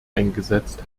eingesetzt